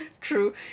True